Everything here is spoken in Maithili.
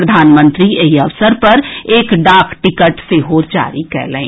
प्रधानमंत्री एहि अवसर पर एक डाक टिकट सेहो जारी कएलनि